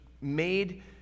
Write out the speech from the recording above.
made